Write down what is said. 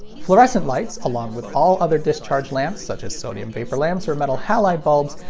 fluorescent lights, along with all other discharge lamps such as sodium vapor lamps or metal halide bulbs,